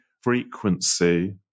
frequency